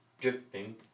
dripping